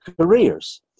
careers